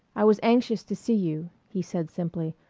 i was anxious to see you, he said simply.